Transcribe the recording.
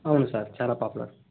అవును సార్ చాలా పాపులర్